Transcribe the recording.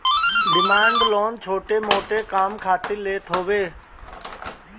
demand loan छोट मोट काम खातिर लेत हवे